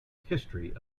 history